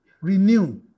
renew